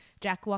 Jack